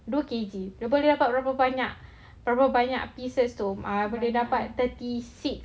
dia K_G lepas tu tanya dia berapa banyak berapa banyak pieces tu ah boleh dapat thirty six